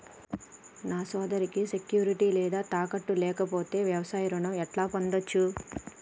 నా సోదరికి సెక్యూరిటీ లేదా తాకట్టు లేకపోతే వ్యవసాయ రుణం ఎట్లా పొందచ్చు?